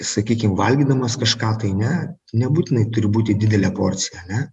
sakykim valgydamas kažką tai ne nebūtinai turi būti didelė porcija ane